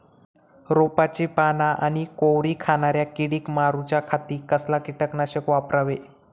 रोपाची पाना आनी कोवरी खाणाऱ्या किडीक मारूच्या खाती कसला किटकनाशक वापरावे?